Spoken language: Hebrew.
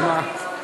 אז מה?